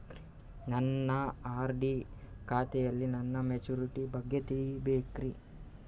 ನನ್ನ ಆರ್.ಡಿ ಖಾತೆಯಲ್ಲಿ ನನ್ನ ಮೆಚುರಿಟಿ ಬಗ್ಗೆ ತಿಳಿಬೇಕ್ರಿ